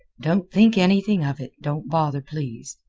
don't think anything of it, don't bother, please.